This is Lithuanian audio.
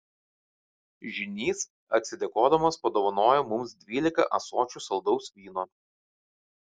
žynys atsidėkodamas padovanojo mums dvylika ąsočių saldaus vyno